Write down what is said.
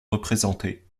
représentée